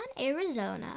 Arizona